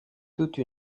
toute